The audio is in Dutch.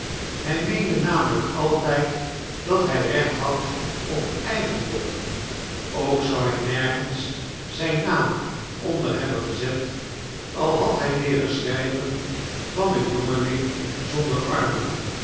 hy meende namelyk altyd dat hy recht had op eigendom ook zou hy nergens zyn naam onder hebben gezet al had hy leeren schrijven van een jongeling zonder armen